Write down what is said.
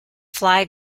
fly